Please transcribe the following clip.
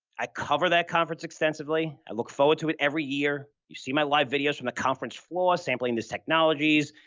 i cover that conference extensively. i look forward to it every year. you see my live videos from the conference floor, sampling these technologies.